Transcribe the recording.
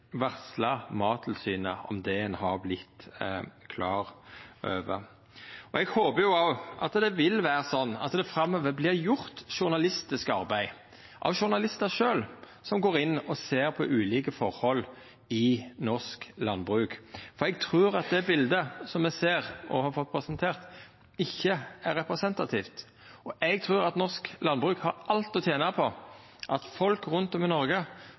har vorte klar over. Eg håpar òg at det vil vera slik at det framover vert gjort journalistisk arbeid av journalistar som sjølve går inn og ser på ulike forhold i norsk landbruk. Eg trur at det bildet som me ser og har fått presentert, ikkje er representativt. Eg trur norsk landbruk har alt å tena på at folk rundt om i Noreg